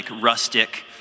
rustic